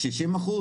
60 אחוזים.